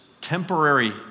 temporary